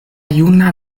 juna